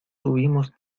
tuvimos